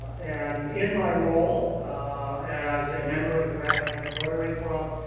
and in my role as a member of the rappahannock rotary club,